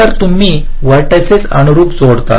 तर तुम्ही व्हर्टिसिस अनुरूप जोडता